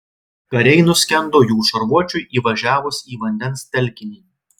kariai nuskendo jų šarvuočiui įvažiavus į vandens telkinį